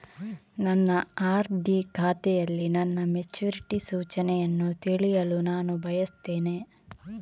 ನನ್ನ ಆರ್.ಡಿ ಖಾತೆಯಲ್ಲಿ ನನ್ನ ಮೆಚುರಿಟಿ ಸೂಚನೆಯನ್ನು ತಿಳಿಯಲು ನಾನು ಬಯಸ್ತೆನೆ